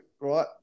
right